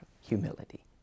humility